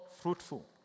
fruitful